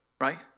right